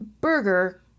burger